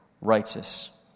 righteous